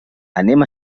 anem